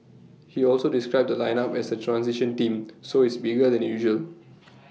he also described the lineup as A transition team so it's bigger than usual